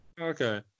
Okay